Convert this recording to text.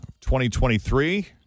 2023